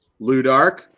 Ludark